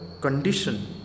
condition